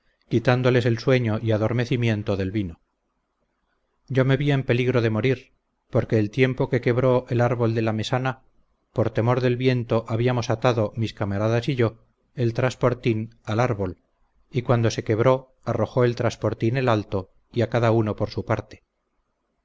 quitándoles el sueño y adormecimiento del vino yo me vi en peligro de morir porque el tiempo que quebró el árbol de la mesana por temor del viento habíamos atado mis camaradas y yo el trasportín al árbol y cuando se quebró arrojó el trasportín en alto y a cada uno por su parte